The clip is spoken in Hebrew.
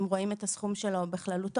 אם רואים את הסכום שלו בכללותו?